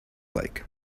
like